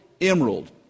emerald